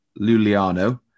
Luliano